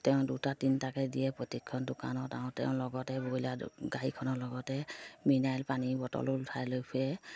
তেওঁ দুটা তিনিটাকে দিয়ে প্ৰত্যেকখন দোকানত আৰু তেওঁৰ লগতে ব্ৰইলাৰ গাড়ীখনৰ লগতে মিনাৰেল পানী বটলো ওঠাই লৈ ফুৰে